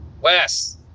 Wes